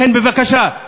לכן, בבקשה.